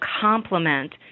complement